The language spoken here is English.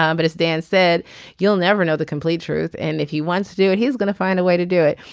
um but as dan said you'll never know the complete truth and if he wants to do it he's going to find a way to do it.